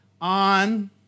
on